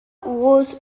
was